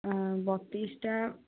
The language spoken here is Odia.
ଆ ବତିଶଟା